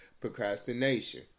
procrastination